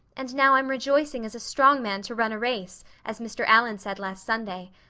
and now i'm rejoicing as a strong man to run a race, as mr. allan said last sunday.